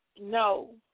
No